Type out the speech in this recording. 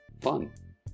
fun